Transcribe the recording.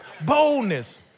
Boldness